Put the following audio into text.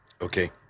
okay